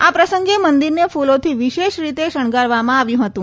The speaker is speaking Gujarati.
આ પ્રસંગે મંદિરને કૂલોથી વિશેષ રીતે શણગારવામાં આવ્યું હતું